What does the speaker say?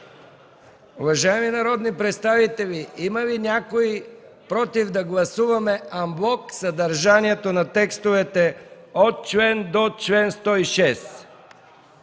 Уважаеми народни представители, има ли някой против да гласуваме анблок текстовете от чл. 100 до чл. 106?